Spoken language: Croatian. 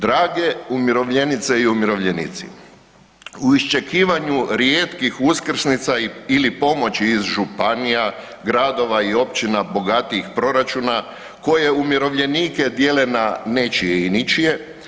Drage umirovljenice i umirovljenici, u iščekivanju rijetkih uskrsnica ili pomoći iz županija, gradova i općina bogatijih proračuna koje umirovljenike dijele na nečije i ničije.